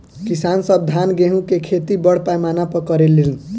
किसान सब धान गेहूं के खेती बड़ पैमाना पर करे लेन